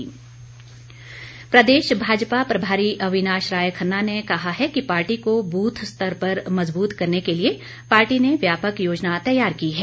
भाजपा प्रदेश भाजपा प्रभारी अविनाश राय खन्ना ने कहा है कि पार्टी को बूथ स्तर पर मज़बूत करने के लिए पार्टी ने व्यापक योजना तैयार की है